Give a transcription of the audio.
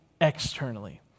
externally